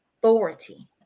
authority